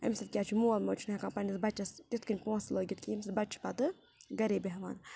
اَمہِ سۭتۍ کیٛاہ چھُ مول موج چھُنہٕ ہٮ۪کان پَنٛنِس بَچَس تِتھ کٔنۍ پۄنٛسہٕ لٲگِتھ کِہیٖنۍ ییٚمہِ سۭتۍ بَچہِ چھِ پَتہٕ گَرے بیٚہوان